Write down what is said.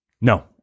No